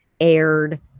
aired